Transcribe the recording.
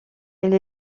elle